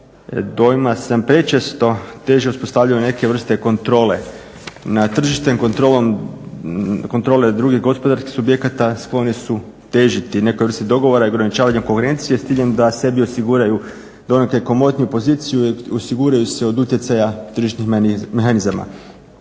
dojma sam prečesto teže uspostavljanju neke vrste kontrole nad tržištem, kontrole drugih gospodarskih subjekata, skloni su težiti nekoj vrsti dogovora i ograničavanja konkurencije s ciljem da sebi osiguraju donekle komotniju poziciju i osiguraju se od utjecaja tržišnih mehanizama.